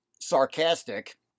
sarcastic